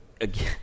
again